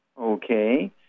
Okay